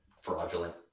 fraudulent